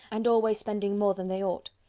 and always spending more than they ought.